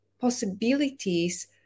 possibilities